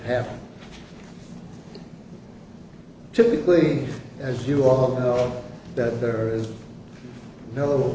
happened typically as you all know that there is no